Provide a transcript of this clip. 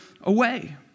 away